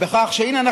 בכך שהינה,